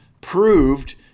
proved